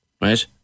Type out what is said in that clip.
right